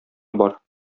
бар